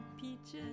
peaches